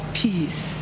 peace